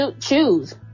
choose